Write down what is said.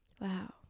Wow